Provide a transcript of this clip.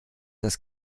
dass